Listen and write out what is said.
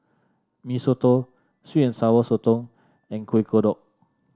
Mee Soto sweet and Sour Sotong and Kuih Kodok